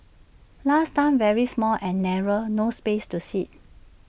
last time very small and narrow no space to sit